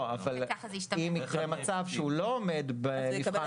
אם יקרה מצב שהוא לא עומד במבחן